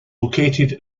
located